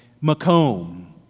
Macomb